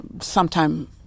sometime